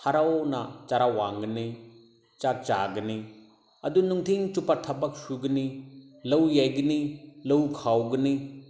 ꯍꯔꯥꯎꯅ ꯆꯔꯥ ꯋꯥꯟꯒꯅꯤ ꯆꯥꯛ ꯆꯥꯒꯅꯤ ꯑꯗꯨ ꯅꯨꯡꯊꯤꯟ ꯆꯨꯞꯄ ꯊꯕꯛ ꯁꯨꯒꯅꯤ ꯂꯧ ꯌꯩꯒꯅꯤ ꯂꯧ ꯈꯥꯎꯒꯅꯤ